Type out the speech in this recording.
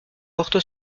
porte